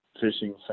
fishing